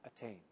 attain